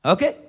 Okay